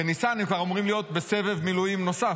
בניסן הם כבר אמורים להיות בסבב מילואים נוסף.